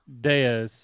Des